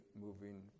moving